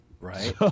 right